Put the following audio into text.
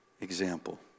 example